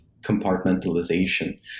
compartmentalization